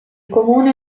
comune